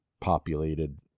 populated